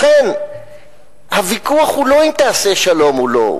לכן הוויכוח הוא לא אם תעשה שלום או לא,